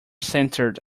centered